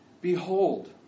Behold